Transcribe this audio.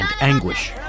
anguish